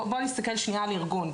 בואו נסתכל שנייה על ארגון,